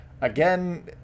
again